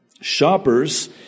shoppers